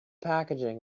packaging